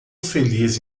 feliz